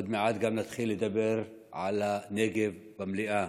ועוד מעט נתחיל לדבר על הנגב גם במליאה.